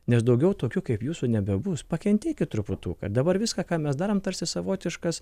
nes daugiau tokių kaip jūsų nebebus pakentėkit truputuką dabar viską ką mes darom tarsi savotiškas